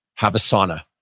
have a sauna.